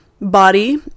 body